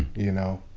you know,